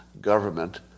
government